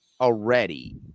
already